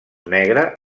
negre